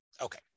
Okay